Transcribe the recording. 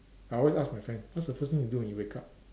I always ask my friends what's the first you do when you wake up